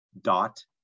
dot